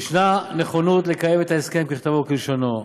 ישנה נכונות לקיים את ההסכם ככתבו וכלשונו,